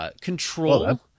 control